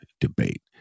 debate